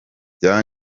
bya